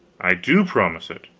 i do promise it.